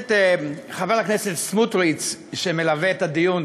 את חבר הכנסת סמוטריץ שמלווה את הדיון,